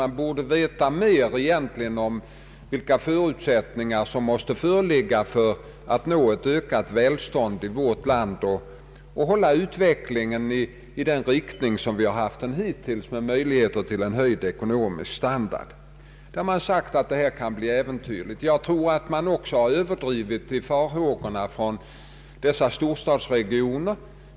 Man borde veta mer om vilka förutsättningar som måste föreligga för att nå ett ökat välstånd i vårt land och hålla utvecklingen i den riktning som vi hittills haft den i, med möjligheter till höjd ekonomisk standard. Man har sagt att detta kan bli äventyrligt. Jag tror att man också har överdrivit de farhågor som yppats i dessa storstadsregioner.